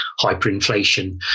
hyperinflation